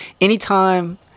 anytime